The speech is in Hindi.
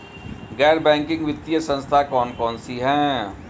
गैर बैंकिंग वित्तीय संस्था कौन कौन सी हैं?